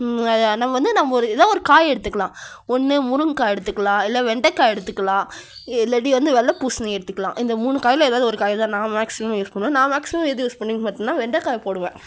அது நம்ம வந்து நம்ம ஒரு ஏதோ ஒரு காய் எடுத்துக்கலாம் ஒன்று முருங்கைகா எடுத்துக்கலாம் இல்லை வெண்டைக்கா எடுத்துக்கலாம் இல்லாட்டி வந்து வெள்ளை பூசணி எடுத்துக்கலாம் இந்த மூணு காயில் ஏதாவது ஒரு காயைதான் நான் மேக்சிம் யூஸ் பண்ணுவேன் நான் மேக்சிமம் எது யூஸ் பண்ணுவேன்னு பார்த்திங்கன்னா வெண்டைக்காய் போடுவேன்